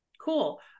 cool